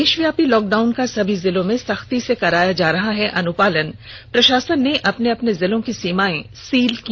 देषव्यापी lockdown का सभी जिलों में सख्ती से कराया जा रहा अनुपालन प्रषासन ने अपने अपने जिलों की सीमाएं सील की